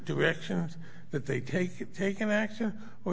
directions that they take take an action or